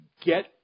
get